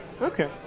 Okay